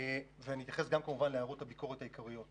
תוך התייחסות גם להערות הביקורת הכלליות.